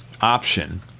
option